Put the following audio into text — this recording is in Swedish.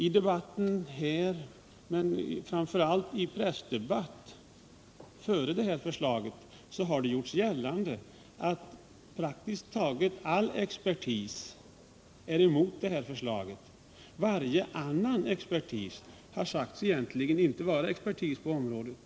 I debatten — framför allt i den pressdebatt som föregått det här förslaget — har gjorts gällande att praktiskt taget all expertis är emot förslaget. Varje annan expertis än den som är emot det har sagts egentligen inte vara expertis på området.